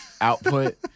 output